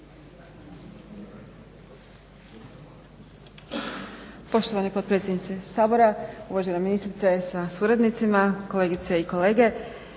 Poštovani potpredsjedniče Sabora, uvažena ministrice sa suradnicima, kolegice i kolege.